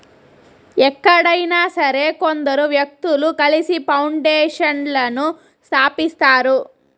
ఎక్కడైనా సరే కొందరు వ్యక్తులు కలిసి పౌండేషన్లను స్థాపిస్తారు